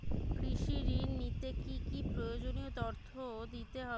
কৃষি ঋণ নিতে কি কি প্রয়োজনীয় তথ্য দিতে হবে?